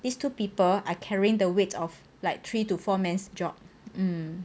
these two people are carrying the weight of like three to four man job um